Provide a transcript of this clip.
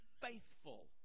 faithful